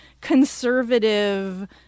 conservative